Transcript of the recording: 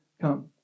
come